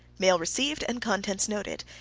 mail received and contents noted.